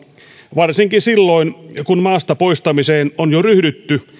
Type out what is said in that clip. varsinkin silloin kun maasta poistamiseen on jo ryhdytty